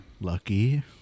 Lucky